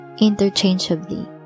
interchangeably